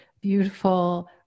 beautiful